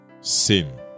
sin